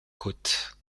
côte